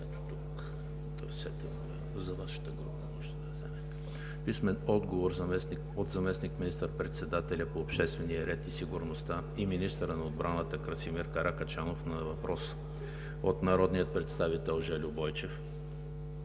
Иванов; - заместник министър-председателя по обществения ред и сигурността и министър на отбраната Красимир Каракачанов на въпрос от народния представител Иван